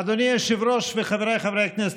אדוני היושב-ראש וחבריי חברי הכנסת,